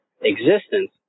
existence